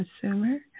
consumer